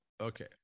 okay